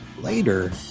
later